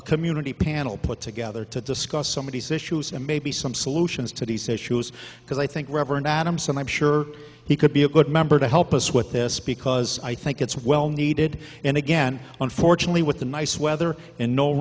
a community panel put together to discuss somebody says shoes and maybe some solutions to these issues because i think reverend adams and i'm sure he could be a good member to help us with this because i think it's well needed and again unfortunately with the nice weather and no